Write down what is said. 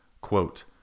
quote